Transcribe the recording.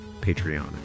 Patreon